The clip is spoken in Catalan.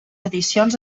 edicions